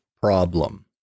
problem